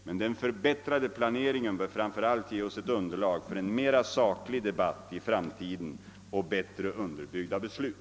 Men den förbättrade planeringen bör framför allt ge oss ett underlag för en mera saklig debatt i framtiden och bättre underbyggda beslut.